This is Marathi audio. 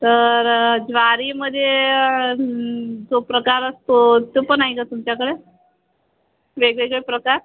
तर ज्वारीमध्ये जो प्रकार असतो तो पण आहे का तुमच्याकडे वेगवेगळे प्रकार